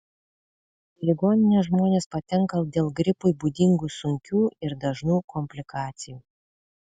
į ligoninę žmonės patenka dėl gripui būdingų sunkių ir dažnų komplikacijų